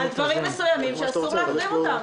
--- על דברים מסוימים שאסור להחרים אותם.